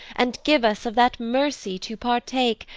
and give us of that mercy to partake,